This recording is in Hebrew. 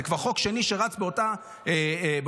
זה כבר חוק שני שרץ באותה קונסטרוקציה